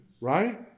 Right